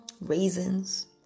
raisins